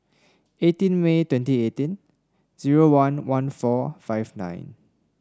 eighteen May twenty eighteen zero one one four five nine